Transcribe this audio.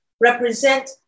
represent